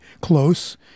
close